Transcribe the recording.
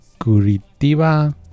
curitiba